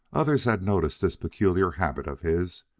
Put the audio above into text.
others had noticed this peculiar habit of his,